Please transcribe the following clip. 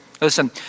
Listen